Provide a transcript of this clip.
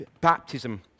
baptism